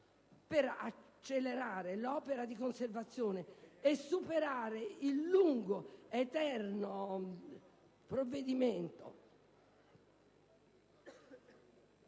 per accelerare l'opera di conservazione e superare il lungo elenco di provvedimenti